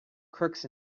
crooks